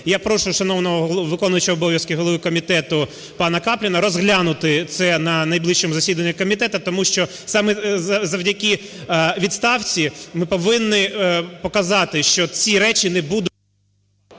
я прошу шановного виконуючого обов'язки голови комітету пана Капліна розглянути це на найближчому засіданні комітету, тому що саме завдяки відставці ми повинні показати, що ці речі не будуть…